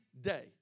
day